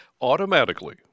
automatically